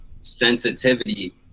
sensitivity